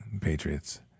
patriots